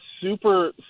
super